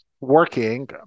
working